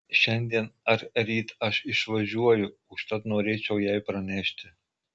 šiandien ar ryt aš išvažiuoju užtat norėčiau jai pranešti